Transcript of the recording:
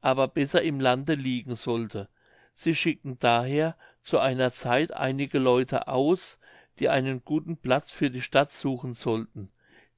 aber besser im lande liegen sollte sie schickten daher zu einer zeit einige leute aus die einen guten platz für die stadt suchen sollten